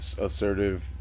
assertive